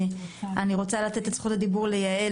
אני רוצה לתת את זכות הדיבור ליעל